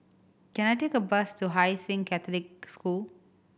can I take a bus to Hai Sing Catholic School